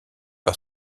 par